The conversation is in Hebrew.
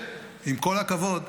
כל הכבוד,